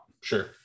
Sure